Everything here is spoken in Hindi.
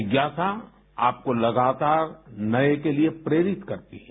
जिज्ञासा आपको लगातार नए के लिए प्रेरित करती है